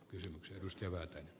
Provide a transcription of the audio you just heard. pohjamutia myöten